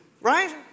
Right